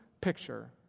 picture